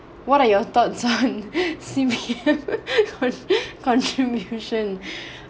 what are your thoughts on C_P_F con contribution